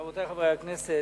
רבותי חברי הכנסת,